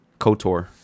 KOTOR